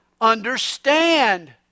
understand